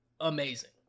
amazing